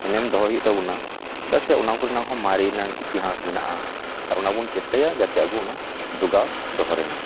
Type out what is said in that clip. ᱮᱱᱮᱢ ᱫᱚᱦᱚ ᱦᱩᱭᱩᱜ ᱛᱟᱵᱚᱱᱟ ᱪᱮᱫᱟᱜ ᱥᱮ ᱚᱱᱟ ᱠᱚᱨᱮᱱᱟᱜ ᱦᱚᱸ ᱢᱟᱨᱮᱱᱟᱝ ᱤᱛᱤᱦᱟᱥ ᱢᱮᱱᱟᱜᱼᱟ ᱟᱨ ᱚᱱᱟ ᱵᱚᱱ ᱪᱮᱥᱴᱟᱭᱟ ᱡᱟᱛᱮ ᱟᱵᱚ ᱚᱱᱟ ᱡᱚᱜᱟᱣ ᱫᱚᱦᱚ ᱨᱮᱱᱟᱝ